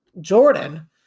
Jordan